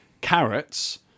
carrots